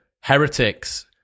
heretics